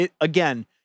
Again